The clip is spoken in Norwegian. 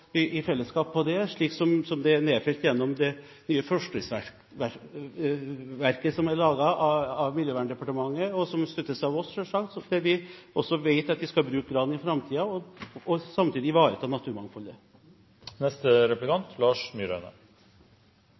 vi i fellesskap skal finne gode løsninger på det, slik som det er nedfelt i det nye forskriftsverket som er laget av Miljøverndepartementet, og som selvsagt støttes av oss. Vi vet at vi skal bruke gran i framtiden og samtidig ivareta